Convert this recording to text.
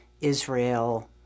Israel